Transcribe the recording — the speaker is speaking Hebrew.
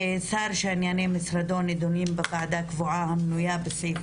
שר שענייני משרדו נדונים בוועדה קבועה המנויה בסעיף